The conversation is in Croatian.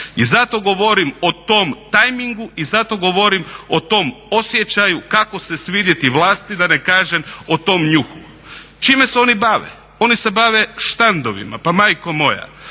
I zato govorim o tom timeingu i zato govorim o tom osjećaju kako se svidjeti vlasti, da ne kažem o tom njuhu. Čime se oni bave, oni se bave štandovima. Pa majko moja.